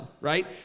right